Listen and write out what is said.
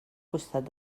costat